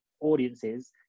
audiences